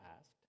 asked